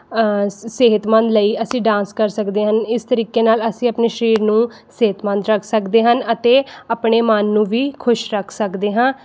ਸ ਸਿਹਤਮੰਦ ਲਈ ਅਸੀਂ ਡਾਂਸ ਕਰ ਸਕਦੇ ਹਨ ਇਸ ਤਰੀਕੇ ਨਾਲ ਅਸੀਂ ਆਪਣੇ ਸਰੀਰ ਨੂੰ ਸਿਹਤਮੰਦ ਰੱਖ ਸਕਦੇ ਹਨ ਅਤੇ ਆਪਣੇ ਮਨ ਨੂੰ ਵੀ ਖੁਸ਼ ਰੱਖ ਸਕਦੇ ਹਾਂ